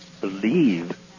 believe